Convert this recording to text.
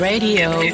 Radio